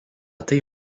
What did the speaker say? tai